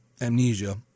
Amnesia